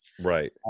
Right